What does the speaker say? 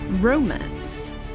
romance